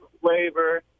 flavor